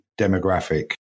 demographic